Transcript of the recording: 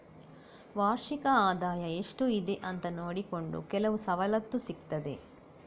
ವಾರ್ಷಿಕ ಆದಾಯ ಎಷ್ಟು ಇದೆ ಅಂತ ನೋಡಿಕೊಂಡು ಕೆಲವು ಸವಲತ್ತು ಸಿಗ್ತದೆ